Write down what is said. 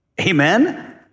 Amen